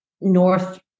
north